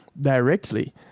directly